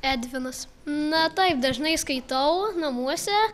edvinas na taip dažnai skaitau namuose